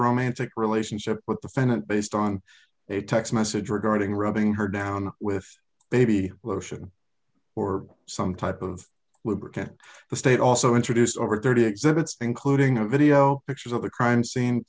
romantic relationship with the senate based on a text message regarding rubbing her down with baby lucia or some type of wilbraham the state also introduced over thirty exhibits including a video pictures of the crime scene